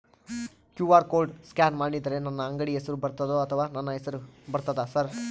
QR code scan ಮಾಡಿದರೆ ನನ್ನ ಅಂಗಡಿ ಹೆಸರು ಬರ್ತದೋ ಅಥವಾ ನನ್ನ ಹೆಸರು ಬರ್ತದ ಸರ್?